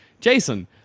Jason